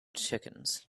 chickens